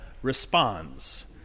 responds